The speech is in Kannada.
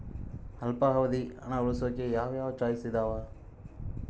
ಅಲ್ಪಾವಧಿ ಹಣ ಉಳಿಸೋಕೆ ಯಾವ ಯಾವ ಚಾಯ್ಸ್ ಇದಾವ?